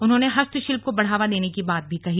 उन्होंने हस्तशिल्प को बढ़ावा देने की बात भी कही